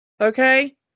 Okay